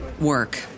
work